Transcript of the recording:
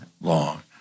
long